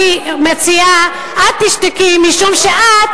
אני מציעה, את תשתקי, משום שאת,